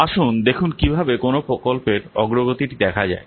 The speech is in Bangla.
আসুন দেখুন কীভাবে কোনও প্রকল্পের অগ্রগতিটি দেখা যায়